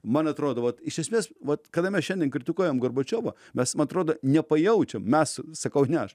man atrodo vat iš esmės vat kada mes šiandien kritikuojam gorbačiovą mes man atrodo nepajaučiam mes sakau ne aš